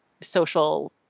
social